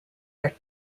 are